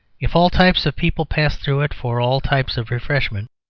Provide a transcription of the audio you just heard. if all types of people passed through it for all types of refreshment,